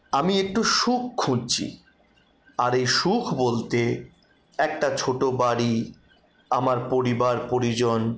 আমি একটু সুখ খুঁজছি আর এই সুখ বলতে একটা ছোটো বাড়ি আমার পরিবার পরিজন